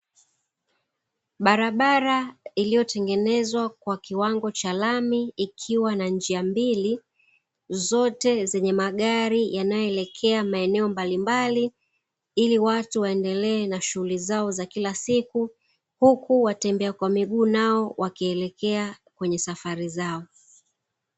Barabara iliyotengenezwa kwa kiwango cha lami ikiwa na njia mbili, zote zenye magari yanayoelekea maeneo mbalimbali ili watu waendelee na shughuli zao za kila siku, huku watembea kwa miguu nao wakielekea kwenye safari zao.